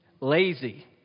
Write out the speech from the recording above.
Lazy